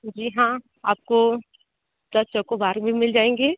जी हाँ आपको दस चॉकोबार भी मिल जाएंगी